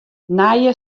nije